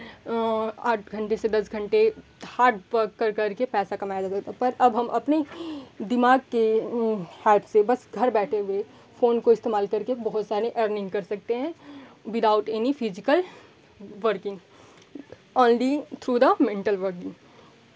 आठ घंटे से दस घंटे हार्ड वर्क करकर के पैसा कमाया जाता था पर अब हम अपने दिमाग के हार्ड से बस घर बैठे हुए फ़ोन को इस्तेमाल करके बहुत सारी अर्निंग कर सकते हैं without any physical working earning through the mental working